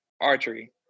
archery